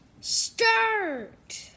Start